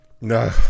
No